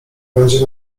będzie